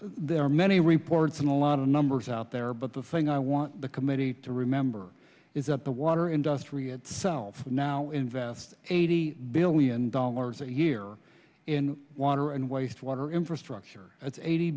there are many reports and a lot of numbers out there but the thing i want the committee to remember is that the water industrial self now invest eighty billion dollars a year in water and waste water infrastructure that's eighty